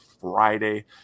Friday